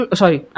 sorry